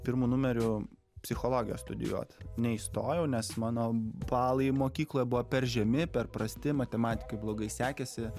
pirmu numeriu psichologiją studijuoti neįstojau nes mano balai mokykloje buvo per žemi per prasti matematika blogai sekėsi